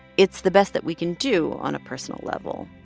it's the best that we can do on a personal level,